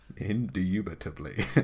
Indubitably